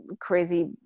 crazy